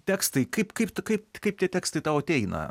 tekstai kaip kaip tai kaip kaip tie tekstai tau ateina